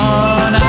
on